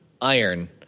iron